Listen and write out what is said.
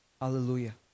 Hallelujah